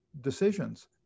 decisions